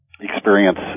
experience